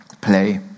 play